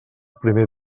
primer